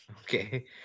Okay